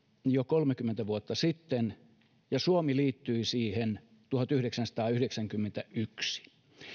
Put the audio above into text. jo kolmekymmentä vuotta sitten ja suomi liittyi siihen tuhatyhdeksänsataayhdeksänkymmentäyksi